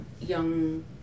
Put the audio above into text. young